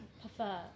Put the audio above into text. prefer